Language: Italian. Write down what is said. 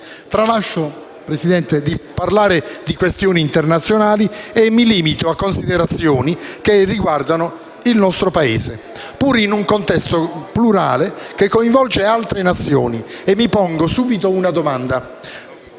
tralascio di parlare di questioni internazionali e mi limito a considerazioni che riguardano il nostro Paese, pur in un contesto plurale che coinvolge altre nazioni, e mi pongo subito una domanda: